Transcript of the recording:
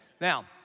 Now